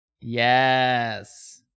Yes